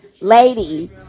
lady